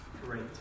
Great